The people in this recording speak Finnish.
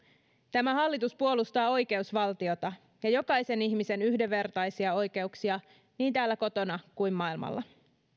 tämä hallitus puolustaa oikeusvaltiota ja jokaisen ihmisen yhdenvertaisia oikeuksia niin täällä kotona kuin maailmalla